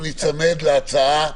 לא מצליח נפתח נגדי צו לפתיחת הליכים,